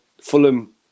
Fulham